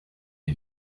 les